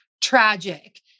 tragic